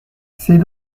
ces